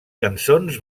cançons